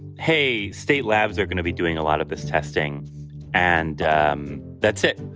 hey, state labs are going to be doing a lot of this testing and um that's it